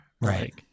Right